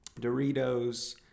Doritos